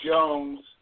Jones